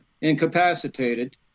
incapacitated